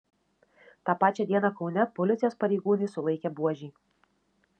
tą pačią dieną kaune policijos pareigūnai sulaikė buožį